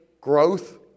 growth